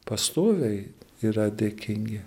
pastoviai yra dėkingi